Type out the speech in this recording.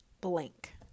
blank